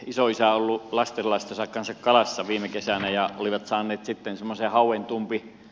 isoisä oli ollut lastenlastensa kanssa kalassa viime kesänä ja olivat saaneet sitten semmoisen hauentumpin